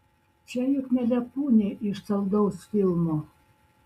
čia juk ne lepūnė iš saldaus filmo